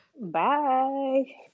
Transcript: Bye